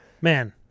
Man